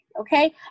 okay